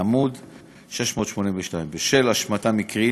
עמ' 682. בשל השמטה מקרית,